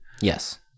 Yes